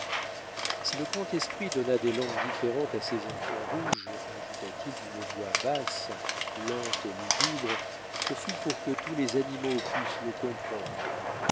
si le grand esprit donna des langues différentes à ses enfants rouges ajouta-t-il d'une voix basse lente et lugubre ce fut pour que tous les animaux pussent le comprendre